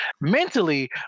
Mentally